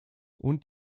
und